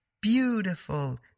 beautiful